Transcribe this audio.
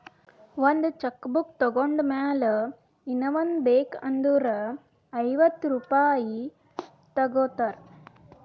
ಒಂದ್ cheque book ತೊಂಡ್ ಮ್ಯಾಲ ಇನ್ನಾ ಒಂದ್ ಬೇಕ್ ಅಂದುರ್ ಐವತ್ತ ರುಪಾಯಿ ತಗೋತಾರ್